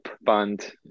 band